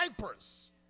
vipers